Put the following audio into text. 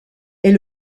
est